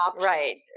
right